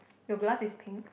your glass is pink